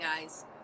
guys